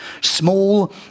small